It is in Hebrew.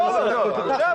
לא רוצה לחכות.